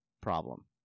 problem